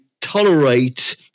tolerate